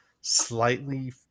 slightly